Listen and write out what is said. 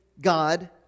God